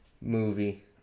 movie